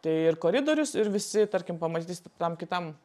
tai ir koridorius ir visi tarkim pamatysit ir tam kitam